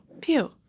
pew